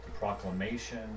Proclamation